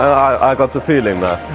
i got the feeling